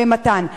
"מתן".